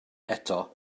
eto